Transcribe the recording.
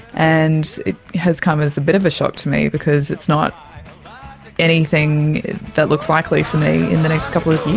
and it has come as a bit of a shock to me because it's not anything that looks likely for me in the next couple of